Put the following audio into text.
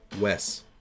Wes